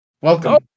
Welcome